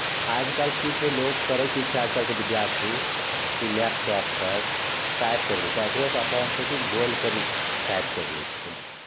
आजकल कि छै लोक करै कि छै आजकलके विद्यार्थी कि लैपटॉपपर टाइप करि दै छै आओर ओकरोसे आसान छै कि बोलिकरि टाइप करि लै छै